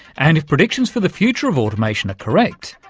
and if predictions for the future of automation are correct,